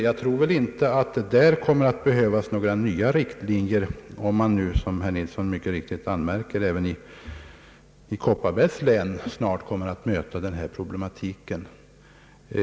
Jag tror därför inte att det kommer att behövas några nya riktlinjer, när man, som herr Nilsson mycket riktigt påpekar, snart även i Kopparbergs län möter den här problematiken.